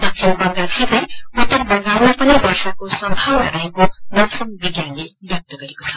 दबिण बंगालसितै उत्तर बंगालमा पनि वर्षाको सम्भावना रहेको मौसम विभागले व्यक्त गरेको छ